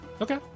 Okay